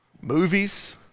Movies